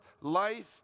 life